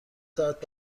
ساعت